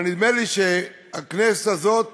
אבל נדמה לי שהכנסת הזאת